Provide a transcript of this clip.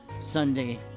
Sunday